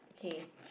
okay